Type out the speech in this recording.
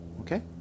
Okay